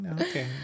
Okay